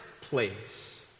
place